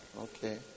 Okay